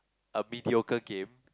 a mediocre game